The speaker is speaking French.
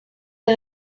les